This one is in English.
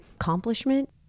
accomplishment